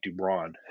DuBron